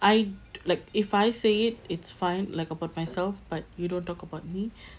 I like if I say it it's fine like about myself but you don't talk about me